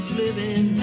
living